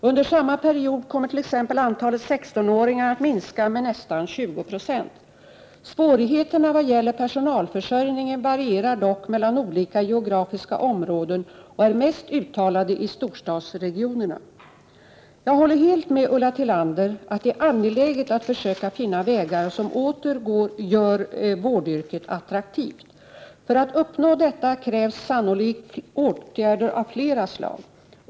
Under samma period kommer t.ex. antalet 16-åringar att minska med nästan 20 96. Svårigheterna vad gäller personalförsörjningen varierar dock mellan olika geografiska områden och är mest uttalade i storstadsregionerna. Jag håller helt med Ulla Tillander om att det är angeläget att försöka finna vägar som åter gör vårdyrket attraktivt. För att uppnå detta krävs sannolikt åtgärder av flera slag.